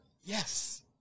yes